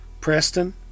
Preston